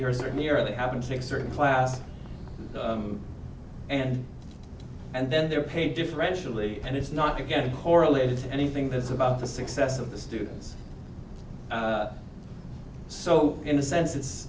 yours or merely having to take certain classes and and then they're paid differentially and it's not again correlated to anything that's about the success of the students so in a sense it's